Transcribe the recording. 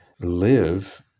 live